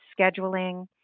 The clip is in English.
scheduling